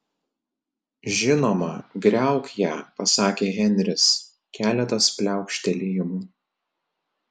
žinoma griauk ją pasakė henris keletas pliaukštelėjimų